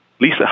Lisa